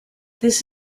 this